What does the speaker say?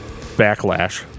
backlash